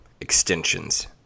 extensions